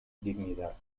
dignidad